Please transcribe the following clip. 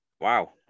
Wow